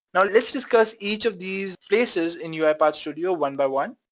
now, let's discuss each of these places in uipath studio one by one.